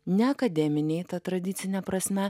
ne akademiniai ta tradicine prasme